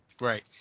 Right